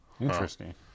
Interesting